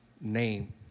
name